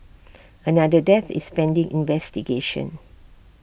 another death is pending investigation